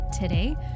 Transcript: today